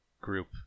group